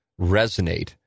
resonate